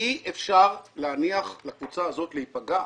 אי אפשר להניח לקבוצה הזאת להיפגע.